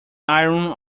iron